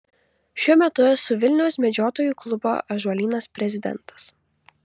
šiuo metu esu vilniaus medžiotojų klubo ąžuolynas prezidentas